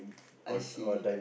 I see